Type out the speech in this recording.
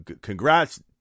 congrats